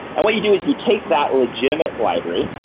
and what you do is you take that legitimate library,